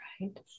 right